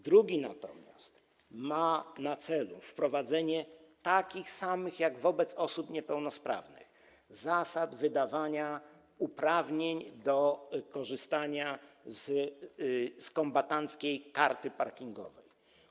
Drugi natomiast ma na celu wprowadzenie takich samych jak w przypadku osób niepełnosprawnych zasad wydawania uprawnień do korzystania z kombatanckiej karty parkingowej.